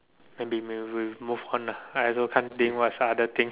then we will will move on ah I also can't think what's the other thing